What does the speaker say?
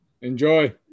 Enjoy